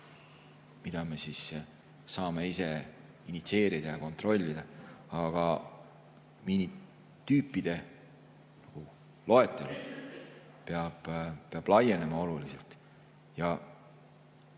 mida me saame ise initsieerida ja kontrollida. Aga miinitüüpide loetelu peab oluliselt